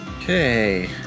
Okay